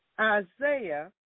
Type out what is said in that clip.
Isaiah